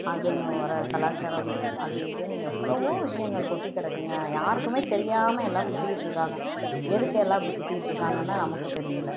அதுலேயும் வர கலாச்சாரம் அது இதுன்னு எவ்வளோவோ விஷயங்கள் கொட்டி கிடக்குங்க யாருக்கும் தெரியாம எல்லாம் சுற்றிக்கிட்ருக்காங்க எதுக்கு எல்லாம் இப்படி சுற்றிக்கிட்ருக்காங்கன்னு நமக்கு தெரியல